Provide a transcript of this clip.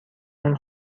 اون